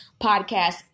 podcast